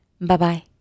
Bye-bye